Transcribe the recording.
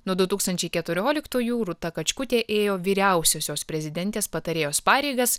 nuo du tūkstančiai keturioliktųjų rūta kačkutė ėjo vyriausiosios prezidentės patarėjos pareigas